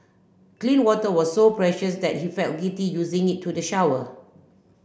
clean water was so precious that he felt guilty using it to the shower